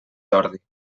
jordi